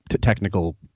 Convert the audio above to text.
technical